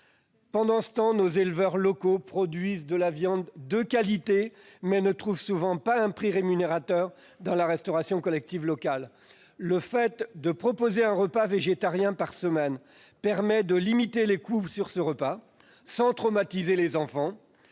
Pendant ce temps, nos éleveurs locaux produisent de la viande de qualité, mais ne trouvent souvent pas un prix rémunérateur dans la restauration collective locale. Proposer un repas végétarien par semaine permettrait de limiter les coûts sur ce repas, sans traumatiser les enfants,